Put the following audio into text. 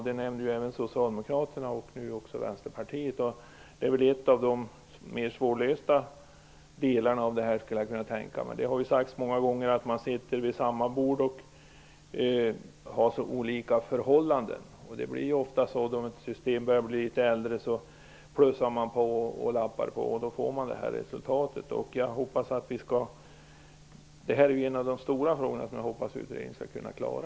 Det nämner även Socialdemokraterna och nu också Vänsterpartiet. Det är väl en av de mer svårlösta delarna, skulle jag kunna tänka mig. Det har sagts många gånger att man sitter vid samma bord och har så olika förhållanden. Det blir ofta så då ett system blir litet äldre. Man plussar på och lappar på, och då får man det här resultatet. Det här är en av de stora frågor som jag hoppas att utredningen skall kunna klara.